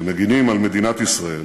שמגינים על מדינת ישראל.